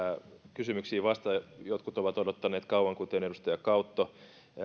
kysymyksiin vastata jotkut ovat odottaneet kauan kuten edustaja kautto